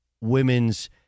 women's